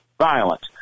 violence